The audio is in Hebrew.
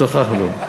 שוחחנו.